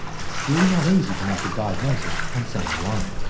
it's still not easy to make a diagnosis on sound alone.